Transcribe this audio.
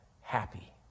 happy